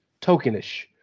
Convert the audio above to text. tokenish